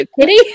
Kitty